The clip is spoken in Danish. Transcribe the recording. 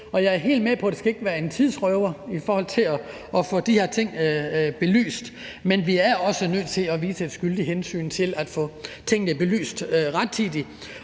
jeg er helt med på, at det ikke skal være en tidsrøver at få de her ting belyst, men vi er også nødt til at vise et skyldigt hensyn til at få tingene belyst rettidigt